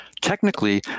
technically